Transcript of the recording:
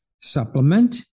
supplement